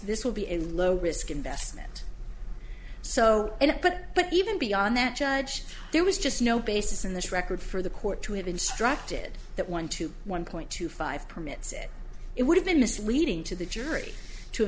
this will be a low risk investment so and put but even beyond that judge there was just no basis in this record for the court to have instructed that one to one point two five permits it it would have been misleading to the jury to